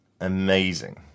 Amazing